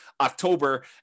October